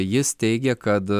jis teigė kad